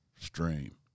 stream